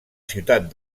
ciutat